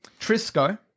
Trisco